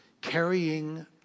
carrying